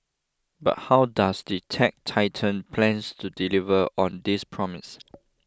but how does the tech titan plans to deliver on this promise